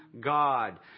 god